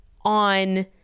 on